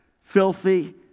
filthy